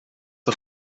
das